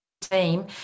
team